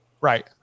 Right